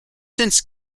since